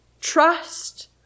trust